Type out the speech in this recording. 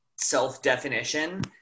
self-definition